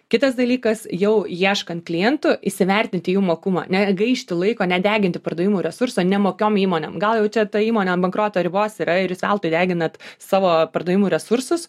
kitas dalykas jau ieškant klientų įsivertinti jų mokumą negaišti laiko nedeginti pardavimų resursų nemokiom įmonėm gal jau čia ta įmonė ant bankroto ribos yra ir jūs veltui deginat savo pardavimų resursus